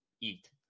eat